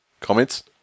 Comments